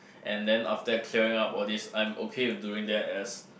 and then after that clearing up all this I'm okay with doing that as